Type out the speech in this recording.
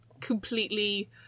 completely